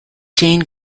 jane